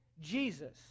Jesus